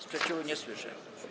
Sprzeciwu nie słyszę.